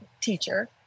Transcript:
teacher